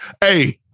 Hey